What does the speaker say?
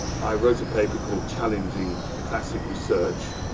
i wrote a paper called challenging the classic research,